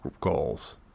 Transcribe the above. goals